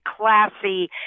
classy